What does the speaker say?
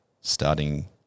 starting